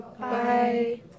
Bye